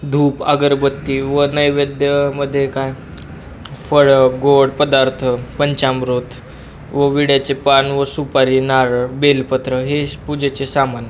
धूप अगरबत्ती व नैवेद्यमध्ये काय फळं गोड पदार्थ पंचामृत व विड्याचे पान व सुपारी नारळ बेलपत्र हे पूजेचे सामान